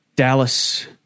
Dallas